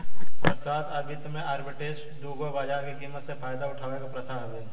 अर्थशास्त्र आ वित्त में आर्बिट्रेज दू गो बाजार के कीमत से फायदा उठावे के प्रथा हवे